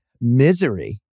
Misery